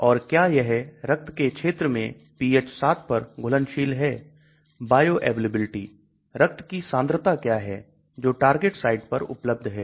और क्या यह रक्त के क्षेत्र में pH 7 पर घुलनशील है बायोअवेलेबिलिटी रक्त की सांद्रता क्या है जो टारगेट साइट पर उपलब्ध है